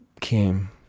came